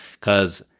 Cause